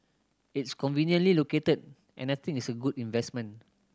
it's conveniently located and I think it's a good investment